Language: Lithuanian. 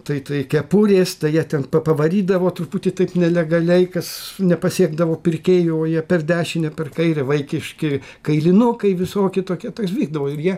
tai tai kepurės tai jie ten pa pavarydavo truputį taip nelegaliai kas nepasiekdavo pirkėjų o jie per dešinę per kairę vaikiški kailinukai visoki tokie tas vykdavo ir jie